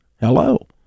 Hello